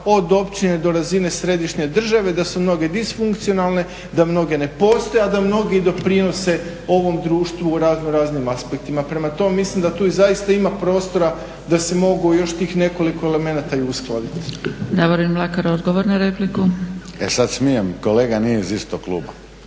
od općine do razine središnje države, da su mnoge disfunkcionalne, da mnoge ne postoje, a da mnogi i doprinose ovom društvu u raznoraznim aspektima. Prema tome mislim da tu zaista ima prostora da se mogu još tih nekoliko elemenata i uskladiti. **Zgrebec, Dragica (SDP)** Davorin Mlakar, odgovor na repliku. **Mlakar, Davorin (HDZ)** E sad smijem, kolega nije iz istog kluba.